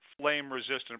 flame-resistant